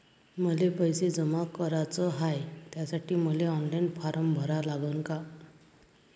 मले पैसे जमा कराच हाय, त्यासाठी मले ऑनलाईन फारम भरा लागन का?